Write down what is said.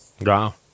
wow